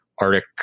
Arctic